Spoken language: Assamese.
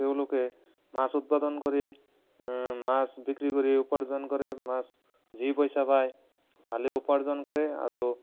তেওঁলোকে মাছ উৎপাদন কৰে মাছ বিক্ৰী কৰি উপাৰ্জন কৰে মাছ যি পইচা পায় ভালেই উপাৰ্জন কৰে আৰু